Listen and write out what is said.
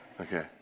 Okay